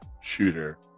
shooter